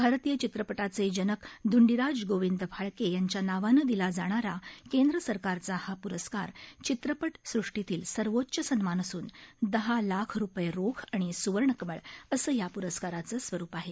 भारतीय चित्रपटाचे जनक धुंडिराज गोविंद फाळके यांच्या नावानं दिला जाणारा केंद्र सरकारचा हा पुरस्कार चित्रपट सृष्टीतील सर्वोच्च सन्मान असून दहा लाख रुपये रोख आणि सुवर्ण कमळ असं या पुरस्काराचं स्वरूप आहे